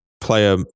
player